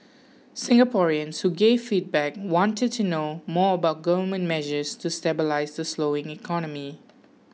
Singaporeans who gave feedback wanted to know more about government measures to stabilise the slowing economy